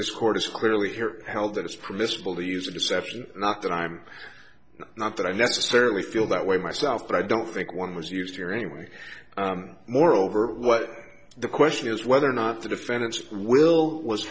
this court is clearly here held it is permissible to use a deception not that i'm not that i necessarily feel that way myself but i don't think one was use here anyway moreover what the question is whether or not the defendants will was